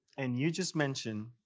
and you just mentioned